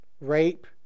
rape